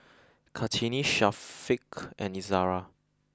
Kartini Syafiq and Izzara